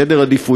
עם סדר עדיפויות,